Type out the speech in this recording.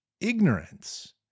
Ignorance